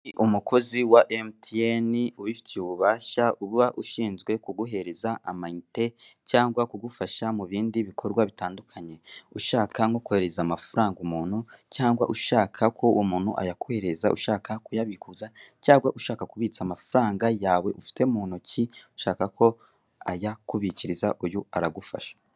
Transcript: Umukozi wa emutiyeni ubifitiye ububasha uba ushinzwe kuguhereza amayinite cyangwa kugufasha mu bindi bikorwa bitandukanye, ushaka nko koherereza amafaranga umuntu cyangwa ushaka ko umuntu ayakoherereza, ushaka kuyabikuza cyangwa ushaka kubitsa amafaranga yawe ufite mu ntoki ushaka ko ayakubikiriza uyu aragufasha.